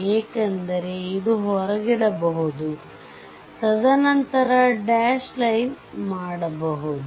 ಏಕೆಂದರೆ ಇದು ಹೊರಗಿಡಬಹುದು ತದನಂತರ ಡ್ಯಾಶ್ ಲೈನ್ ಮಾಡಬಹುದು